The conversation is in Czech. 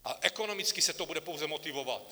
A ekonomicky se to bude pouze motivovat.